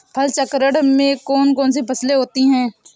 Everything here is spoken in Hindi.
फसल चक्रण में कौन कौन सी फसलें होती हैं?